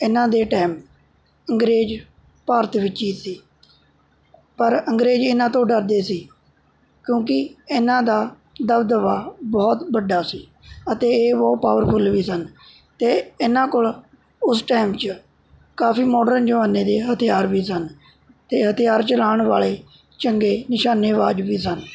ਇਹਨਾਂ ਦੇ ਟੈਮ ਅੰਗਰੇਜ਼ ਭਾਰਤ ਵਿੱਚ ਹੀ ਸੀ ਪਰ ਅੰਗਰੇਜ਼ ਇਹਨਾਂ ਤੋਂ ਡਰਦੇ ਸੀ ਕਿਉਂਕਿ ਇਹਨਾਂ ਦਾ ਦਬਦਬਾ ਬਹੁਤ ਵੱਡਾ ਸੀ ਅਤੇ ਇਹ ਬਹੁਤ ਪਾਵਰਫੁੱਲ ਵੀ ਸਨ ਅਤੇ ਇਹਨਾਂ ਕੋਲ ਉਸ ਟਾਇਮ 'ਚ ਕਾਫੀ ਮੋਡਰਨ ਜ਼ਮਾਨੇ ਦੇ ਹਥਿਆਰ ਵੀ ਸਨ ਅਤੇ ਹਥਿਆਰ ਚਲਾਉਣ ਵਾਲੇ ਚੰਗੇ ਨਿਸ਼ਾਨੇਬਾਜ਼ ਵੀ ਸਨ